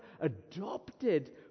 adopted